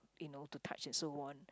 you know to touch and so on